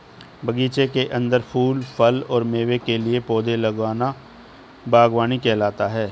बगीचे के अंदर फूल, फल और मेवे के लिए पौधे लगाना बगवानी कहलाता है